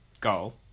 goal